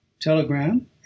Telegram